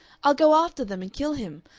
i'll go after them and kill him.